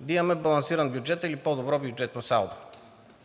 за да имаме балансиран бюджет или по-добро бюджетно салдо.